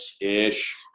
Ish